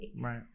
right